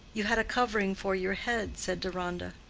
you had a covering for your head, said deronda.